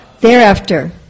thereafter